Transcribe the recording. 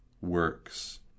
works